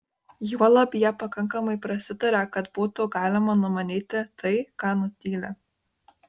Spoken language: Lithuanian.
juolab jie pakankamai prasitaria kad būtų galima numanyti tai ką nutyli